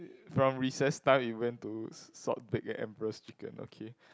from recess time it went to salt big emperor's chicken